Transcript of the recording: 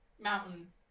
Mountain